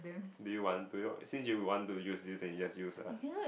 do you want to or since you would want to use this then you just use ah